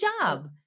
job